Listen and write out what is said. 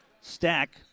Stack